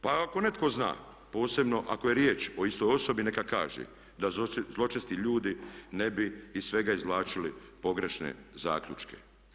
Pa ako netko zna, posebno ako je riječ o istoj osobi neka kaže da zločesti ljudi ne bi iz svega izvlačili pogrešne zaključke.